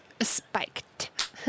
Spiked